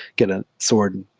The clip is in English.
get a sword,